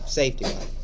safety